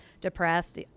depressed